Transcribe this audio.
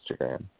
Instagram